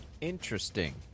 Interesting